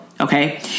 Okay